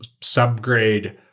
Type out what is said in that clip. subgrade